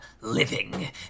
living